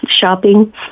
Shopping